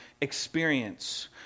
experience